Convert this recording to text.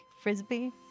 Frisbee